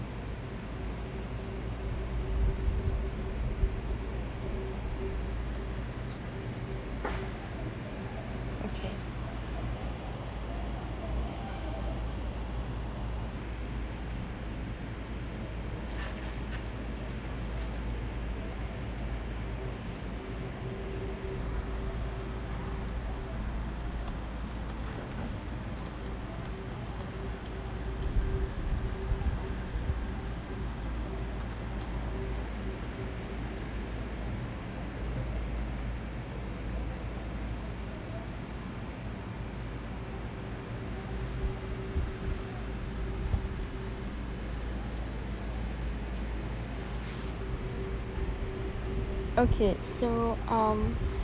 okay so um